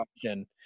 question